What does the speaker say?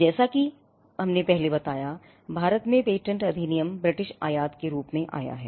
जैसा कि हमने पहले बताया भारत में पेटेंट अधिनियम ब्रिटिश आयात के रूप में आया है